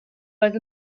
oedd